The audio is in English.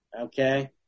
Okay